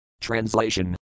Translation